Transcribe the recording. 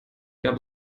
gab